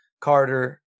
Carter